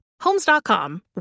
Homes.com